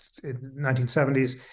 1970s